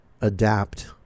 adapt